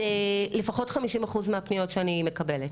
זה לפחות 50 אחוז מהפניות שאני מקבלת.